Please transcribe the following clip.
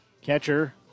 Catcher